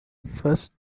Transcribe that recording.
first